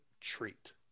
treat